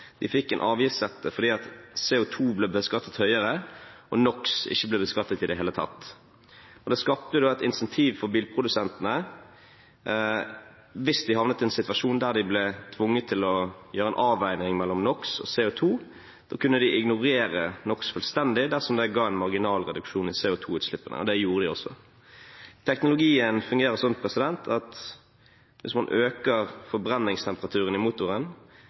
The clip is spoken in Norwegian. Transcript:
de var dieseldrevne, de fikk avgiftslette fordi CO2 ble beskattet høyere og NOx ikke ble beskattet i det hele tatt, og det skapte da et incentiv for bilprodusentene. Hvis de havnet i en situasjon der de ble tvunget til å gjøre en avveining mellom NOx og CO2, kunne de ignorere NOx fullstendig dersom det ga en marginal reduksjon i CO2-utslippene – og det gjorde de også. Teknologien fungerer slik at hvis man øker forbrenningstemperaturen i motoren,